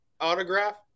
autograph